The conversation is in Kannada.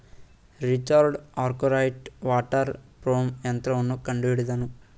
ರಿಚರ್ಡ್ ಅರ್ಕರೈಟ್ ವಾಟರ್ ಫ್ರೇಂ ಯಂತ್ರವನ್ನು ಕಂಡುಹಿಡಿದನು